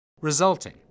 resulting